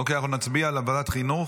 אוקיי, אנחנו נצביע על ועדת חינוך.